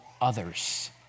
others